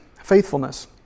faithfulness